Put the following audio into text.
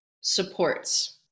supports